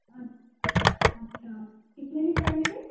آ اچھا کتنے ہیں کینڈیڈیٹس